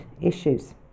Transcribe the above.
issues